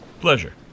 Pleasure